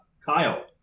Kyle